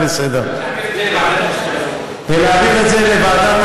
החוק להצעה לסדר-היום ולהעביר אותה לוועדת